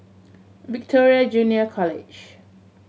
Victoria Junior College